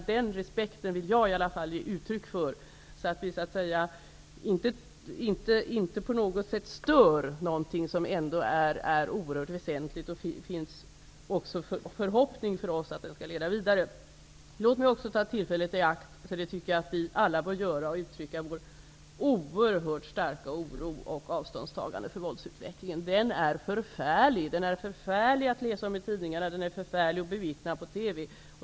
Den respekten vill jag ge uttryck för, så att vi inte på något sätt stör någonting som är oerhört väsentligt och som det också finns förhoppningar om att det skall leda vidare. Låt mig också ta tillfället i akt -- vi bör alla göra det -- att uttrycka vår oerhört starka oro för och vårt avståndstagande från våldsutvecklingen. Den är förfärlig. Det är förfärligt att läsa om den i tidningarna och att bevittna den på TV.